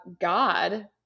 God